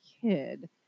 kid